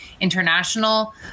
International